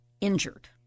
injured